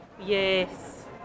Yes